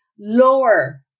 lower